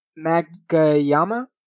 Magayama